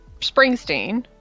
Springsteen